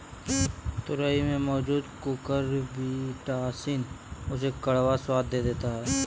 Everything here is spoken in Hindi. तोरई में मौजूद कुकुरबिटॉसिन उसे कड़वा स्वाद दे देती है